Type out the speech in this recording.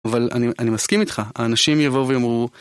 אבל אני מסכים איתך, האנשים יבואו ויאמרו...